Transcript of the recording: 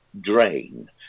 drain